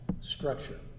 structure